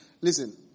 Listen